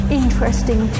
interesting